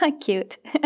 Cute